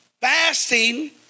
fasting